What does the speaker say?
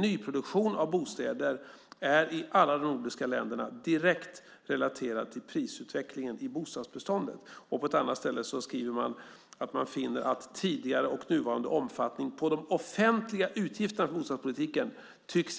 Nyproduktion av bostäder är i alla de nordiska länderna direkt relaterade till prisutvecklingen i bostadsbestånden. På ett annat ställe skriver man att man finner att tidigare och nuvarande omfattning på de offentliga utgifterna i bostadspolitiken